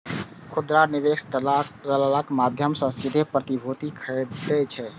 खुदरा निवेशक दलालक माध्यम सं सीधे प्रतिभूति खरीदै छै